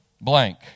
blank